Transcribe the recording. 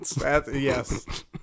Yes